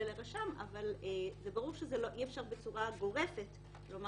אלא לרשם, אבל זה ברור שאי אפשר בצורה גורפת לומר